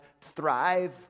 thrive